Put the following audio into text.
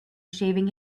shaving